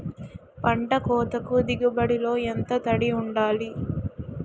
పంట కోతకు దిగుబడి లో ఎంత తడి వుండాలి?